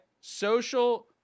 Social –